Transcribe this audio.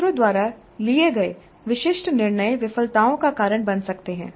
छात्रों द्वारा लिए गए विशिष्ट निर्णय विफलताओं का कारण बन सकते हैं